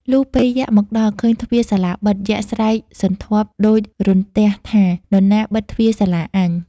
លុះពេលយក្សមកដល់ឃើញទ្វារសាលាបិទ យក្សស្រែកសន្ធាប់ដូចរន្ទះថា "នរណាបិទទ្វារសាលាអញ?”។